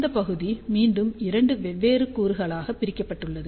இந்த பகுதி மீண்டும் இரண்டு வெவ்வேறு கூறுகளாக பிரிக்கப்பட்டுள்ளது